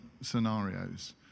scenarios